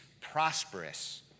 prosperous